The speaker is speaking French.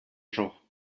genre